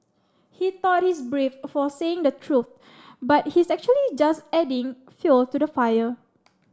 he thought he's brave for saying the truth but he's actually just adding fuel to the fire